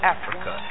Africa